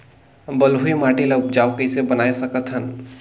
बलुही माटी ल उपजाऊ कइसे बनाय सकत हन?